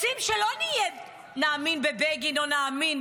רוצים שלא נאמין בבגין או נאמין